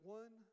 one